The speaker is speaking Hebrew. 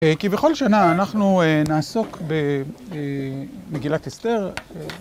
כי בכל שנה אנחנו נעסוק במגילת אסתר.